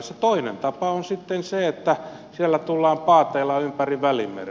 se toinen tapa on sitten se että sieltä tullaan paateilla ympäri välimeren